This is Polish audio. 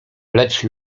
lecz